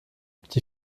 die